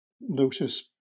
notice